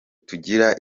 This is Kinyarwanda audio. tugira